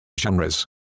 genres